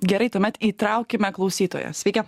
gerai tuomet įtraukime klausytoją sveiki